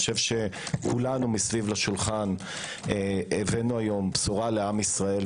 כולנו מסביב לשולחן הבאנו היום בשורה לעם ישראל.